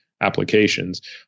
applications